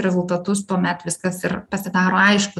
rezultatus tuomet viskas ir pasidaro aišku